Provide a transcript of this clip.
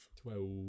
Twelve